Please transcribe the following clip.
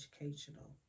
educational